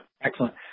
Excellent